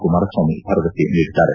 ಕುಮಾರಸ್ವಾಮಿ ಭರವಸೆ ನೀಡಿದ್ದಾರೆ